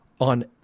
on